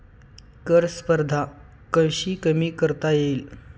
कर स्पर्धा कशी कमी करता येईल?